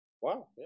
Wow